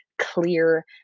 clear